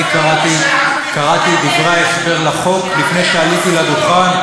אני קראתי את דברי ההסבר לחוק לפני שעליתי לדוכן,